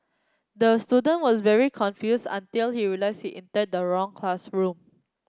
the student was very confuse until he realising enter the wrong classroom